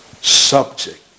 subject